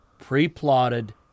Pre-plotted